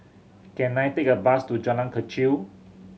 can I take a bus to Jalan Kechil